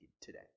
today